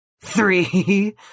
three